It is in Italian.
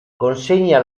consegna